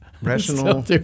Rational